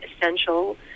essential